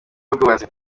y’ubwubatsi